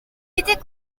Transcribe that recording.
était